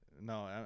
No